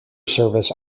service